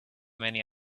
many